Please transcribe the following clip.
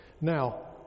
Now